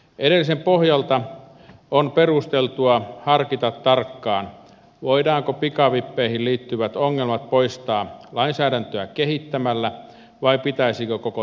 edellisen pohjalta on perusteltua harkita tarkkaan voidaanko pikavippeihin liittyvät ongelmat poistaa lainsäädäntöä kehittämällä vai pitäisikö koko toiminta kieltää